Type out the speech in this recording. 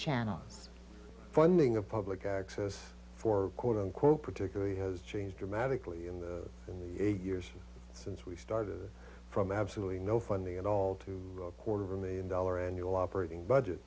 channels funding of public access for quote unquote particularly has changed dramatically in the eight years since we started from absolutely no funding at all to a quarter one million dollars annual operating budget